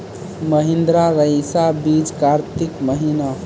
महिंद्रा रईसा बीज कार्तिक महीना?